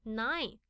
nine